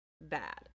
bad